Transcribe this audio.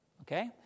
Okay